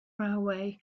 railway